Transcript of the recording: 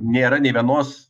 nėra nei vienos